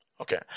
Okay